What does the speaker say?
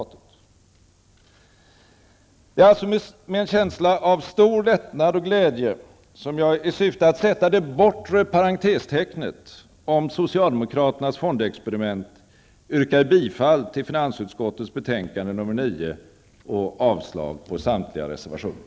Det är därför med en känsla av stor lättnad och glädje som jag, i syfte att sätta det bortre parentestecknet om socialdemokraternas fondexperiment, yrkar bifall till hemställan i finansutskottets betänkande nr 9 och avslag på samtliga reservationer.